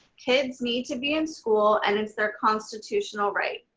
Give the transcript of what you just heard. kids need to be in school and it's their constitutional right.